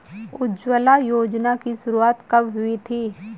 उज्ज्वला योजना की शुरुआत कब हुई थी?